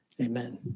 amen